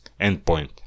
endpoint